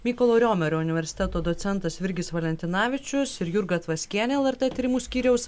mykolo romerio universiteto docentas virgis valentinavičius ir jurga tvaskienė lrt tyrimų skyriaus